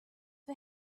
for